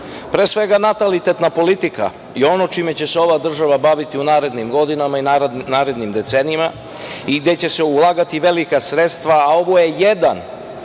Pre svega, natalitetna politika je ono čime će se ova država baviti u narednim godinama i narednim decenijama i gde će se ulagati velika sredstva, a ovo je jedan